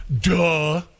Duh